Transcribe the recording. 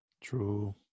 True